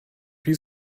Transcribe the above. wie